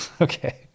Okay